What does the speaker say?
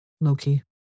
Loki